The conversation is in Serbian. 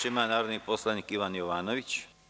Reč ima narodni poslanik Ivan Jovanović.